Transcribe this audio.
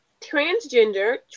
transgender